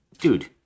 dude